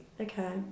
Okay